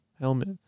helmet